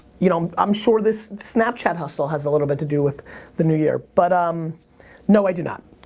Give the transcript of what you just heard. you know i'm sure this snapchat hustle has a little bit to do with the new year. but, ah um no i do not.